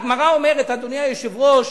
הגמרא אומרת, אדוני היושב-ראש,